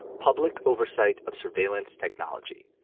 public oversight of surveillance technology.